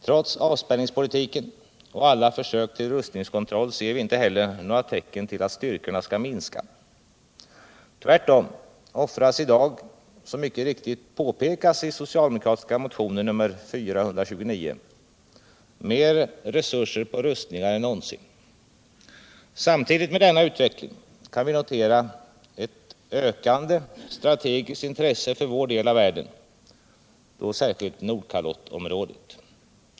Trots avspänningspolitik:2n och alla försök till rustningskontroll ser vi inte heller några tecken till att styrkorna skall minska. Tvärtom offras i dag, som mycket riktigt påpekas i den socialdemokratiska motionen 429, mer resurser på rustningar än någonsin. Samtidigt med denna utveckling kan vi notera ett ökande strategiskt intresse för vår del av världen, särskilt Nordkalottområdet.